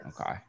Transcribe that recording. Okay